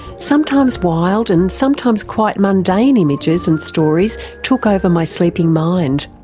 sometimes wild and sometimes quite mundane images and stories took over my sleeping mind.